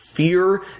Fear